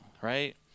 right